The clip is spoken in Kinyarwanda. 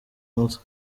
umutwe